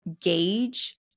gauge